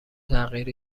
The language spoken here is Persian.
تغییر